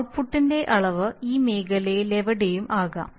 ഔട്ട്പുട്ടിന്റെ അളവ് ഈ മേഖലയിലെവിടെയും ആകാം